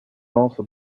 also